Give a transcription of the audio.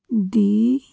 ਦੀ